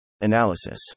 Analysis